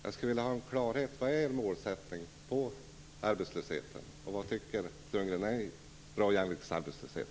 Jag skulle alltså vilja ha klarhet i vad som är Moderaternas målsättning när det gäller arbetslösheten? Vad tycker Bo Lundgren är en bra jämviktsarbetslöshet?